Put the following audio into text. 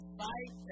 fight